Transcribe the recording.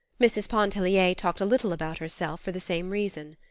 mrs. pontellier talked a little about herself for the same reason.